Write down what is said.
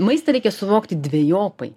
maistą reikia suvokti dvejopai